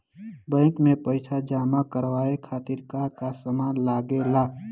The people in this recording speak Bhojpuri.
बैंक में पईसा जमा करवाये खातिर का का सामान लगेला?